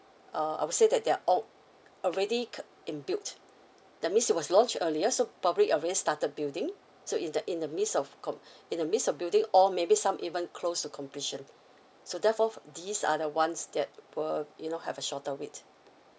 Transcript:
uh I would say that they're old already cur~ in built that means it was launched earlier so probably already started building so in the in the means of com in the means of building or maybe some even close to completion so therefore for these are the ones that were you know have a shorter wait